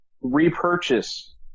repurchase